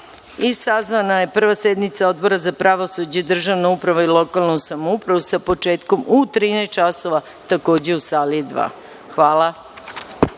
i sazvana je prva sednica Odbora za pravosuđe, državnu upravu i lokalnu samoupravu sa početkom u 13,00 časova takođe u sali dva. Hvala.